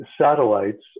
satellites